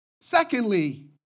Secondly